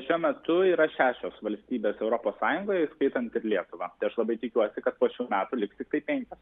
šiuo metu yra šešios valstybės europos sąjungoje įskaitant ir lietuvą tai aš labai tikiuosi kad po šių metų liks tiktai penkios